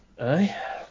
Aye